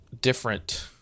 different